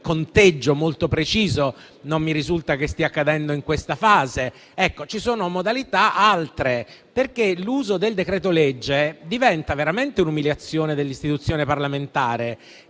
conteggio molto preciso, e non mi risulta che stia accadendo in questa fase. Ci sono modalità diverse, perché l'uso del decreto-legge diventa veramente un'umiliazione dell'istituzione parlamentare,